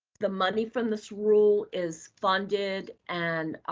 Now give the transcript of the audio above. the money from this rule is funded, and